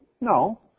No